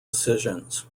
decisions